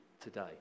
today